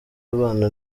abana